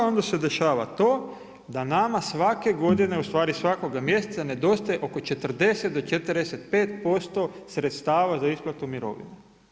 Onda se dešava to da nama svake godine ustvari svakog mjeseca, nedostaje oko 40 do 45% sredstava za isplatu mirovine.